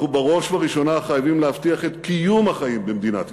אנחנו בראש ובראשונה חייבים להבטיח את קיום החיים במדינת ישראל.